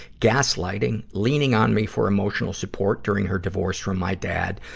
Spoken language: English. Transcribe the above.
gaslighting, leaning on me for emotional support during her divorce from my dad,